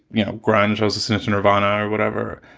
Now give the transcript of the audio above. you know, grunge was a sinister nirvana or whatever.